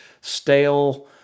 stale